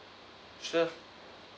sure